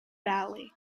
valley